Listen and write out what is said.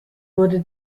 wurde